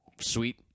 sweet